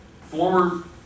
Former